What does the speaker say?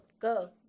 go